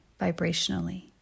vibrationally